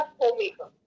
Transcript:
homemaker